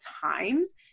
times